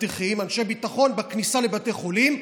אנשי ביטחון בכניסה לבתי החולים,